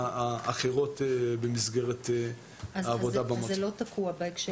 האחרות במסגרת העבודה --- אז זה לא תקוע בהקשר הזה.